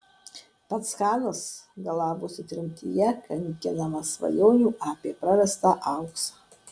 pats chanas galavosi tremtyje kankinamas svajonių apie prarastą auksą